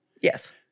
Yes